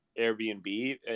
Airbnb